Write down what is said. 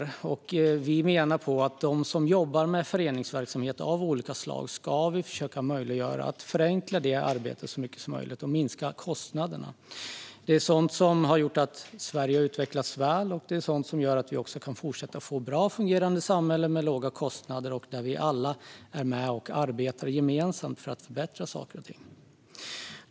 Vi menar att vi ska försöka förenkla för dem som jobbar med föreningsverksamhet av olika slag så mycket som möjligt och minska kostnaderna. Föreningsverksamheter har gjort att Sverige har utvecklats väl. Vi kan fortsatt ha ett bra fungerande samhälle med låga kostnader om vi alla är med och arbetar gemensamt för att förbättra saker och ting.